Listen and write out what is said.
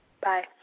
Bye